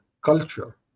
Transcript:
culture